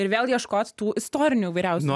ir vėl ieškot tų istorinių įvairiausių